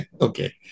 okay